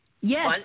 Yes